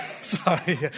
Sorry